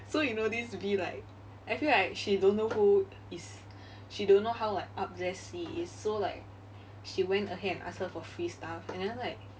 so you know this V like I feel like she don't know who is she don't know how like up there C is so like she went ahead and ask her for free stuff and then like